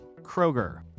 Kroger